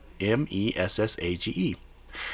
M-E-S-S-A-G-E